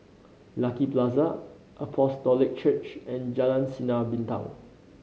Lucky Plaza Apostolic Church and Jalan Sinar Bintang